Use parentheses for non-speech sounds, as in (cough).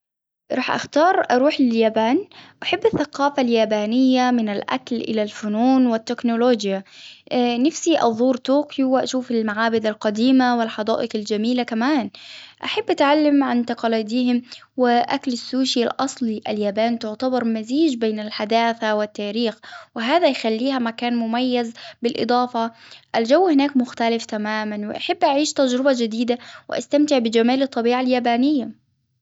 راح أختار أروح لليابان، أحب الثقافة اليابانية من الأكل إلى الفنون والتكنولوجيا. (hesitation) نفسي أزور طوكيو وأشوف المعابد القديمة والحدائق الجميلة كمان، أحب أتعلم عن تقاليديهم وآكل السوشي الأصلي، اليابان تعتبر مزيج بين الحداثة والتاريخ وهذا يخليها مكان مميز بالإضافة الجو هناك مختلف تماما ، وأحب أعيش تجربة جديدة وأستمتع بجمال الطبيعة اليابانية.